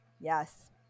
Yes